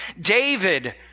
David